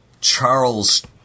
Charles